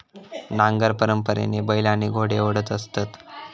नांगर परंपरेने बैल आणि घोडे ओढत असत